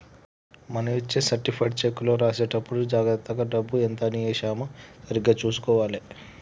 మనం ఇచ్చే సర్టిఫైడ్ చెక్కులో రాసేటప్పుడే జాగర్తగా డబ్బు ఎంత అని ఏశామో సరిగ్గా చుసుకోవాలే